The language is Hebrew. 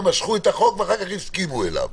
משכו את הצעת החוק ואחר כך הסכימו עליה,